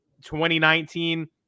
2019